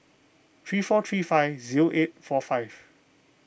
three four three five zero eight four five